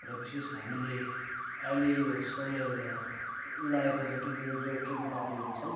र विशेष हामीले अहिले यो समयहरूमा लाएको जति पनि जो खेतीपातीहरू छन्